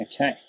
Okay